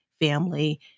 family